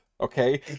Okay